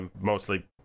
Mostly